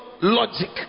logic